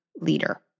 leader